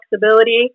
flexibility